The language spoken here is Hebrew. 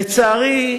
לצערי,